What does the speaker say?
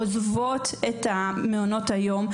עוזבות את מעונות היום,